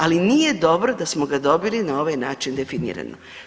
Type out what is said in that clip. Ali nije dobro da smo ga dobili na ovaj način definirano.